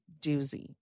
doozy